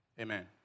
Amen